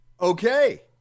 Okay